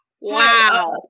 Wow